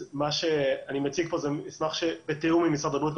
אז מה שאני מציג פה זה מסמך בתיאום עם משרד הבריאות,